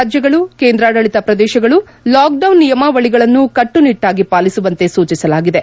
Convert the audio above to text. ರಾಜ್ಯಗಳುಕೇಂದ್ರಾಡಳಿತ ಪ್ರದೇಶಗಳು lockdown ನಿಯಮಾವಳಿಗಳನ್ನು ಕಟ್ಸುನಿಟ್ಸಾಗಿ ಪಾಲಿಸುವಂತೆ ಸೂಚಿಸಲಾಗಿದೆ